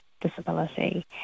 disability